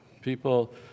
people